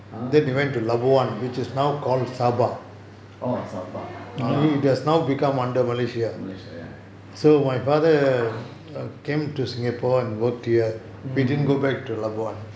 ah orh sabah ah malaysia ya ya mm